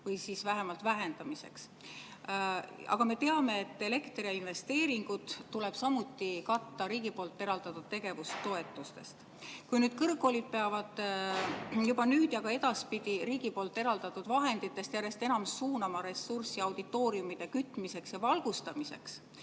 või siis vähemalt vähendamiseks. Aga me teame, et elekter ja investeeringud tuleb samuti katta riigi eraldatud tegevustoetustest. Kui kõrgkoolid peavad juba nüüd ja ka edaspidi riigi eraldatud vahenditest järjest enam suunama ressurssi auditooriumide kütmiseks ja valgustamiseks,